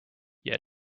yet